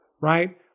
right